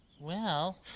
well,